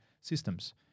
systems